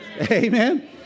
Amen